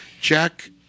Jack